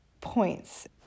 points